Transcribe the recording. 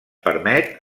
permet